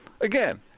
again